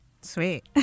Sweet